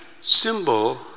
symbol